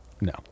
no